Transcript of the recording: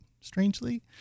strangely